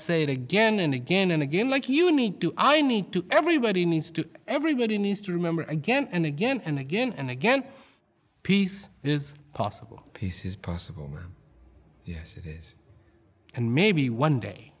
say it again and again and again like you need to i need to everybody needs to everybody needs to remember again and again and again and again peace is possible peace is possible yes it is and maybe one day